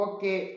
Okay